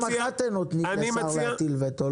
פעם אחת נותנים לשר להטיל וטו,